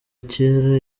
cyera